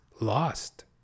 lost